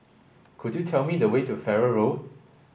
could you tell me the way to Farrer Road